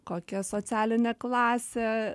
kokia socialinė klasė